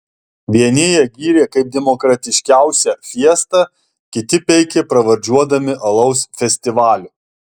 vieni ją gyrė kaip demokratiškiausią fiestą kiti peikė pravardžiuodami alaus festivaliu